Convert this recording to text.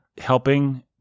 helping